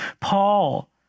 Paul